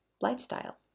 lifestyle